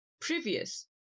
previous